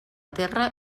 terra